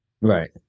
Right